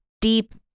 deep